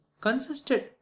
consisted